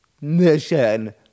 mission